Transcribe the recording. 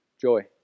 Joy